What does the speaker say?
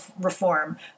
reform